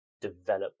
develop